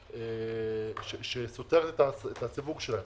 שסותרת את הסיווג שלהם.